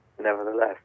nevertheless